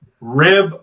rib